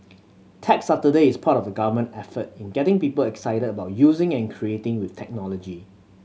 Tech Saturday is part of the Government effort in getting people excited about using and creating with technology